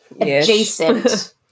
adjacent